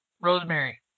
Rosemary